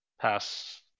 pass